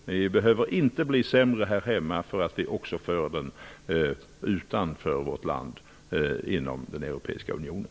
Men vi behöver inte bli sämre här hemma för att vi också för den debatten utanför vårt land, inom den europeiska unionen.